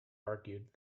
argued